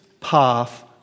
path